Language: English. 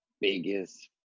biggest